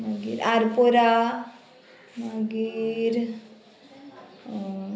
मागीर आरपोरा मागीर